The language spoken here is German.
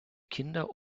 kinder